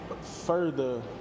further